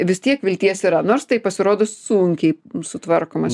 vis tiek vilties yra nors tai pasirodo sunkiai sutvarkomas